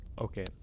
okay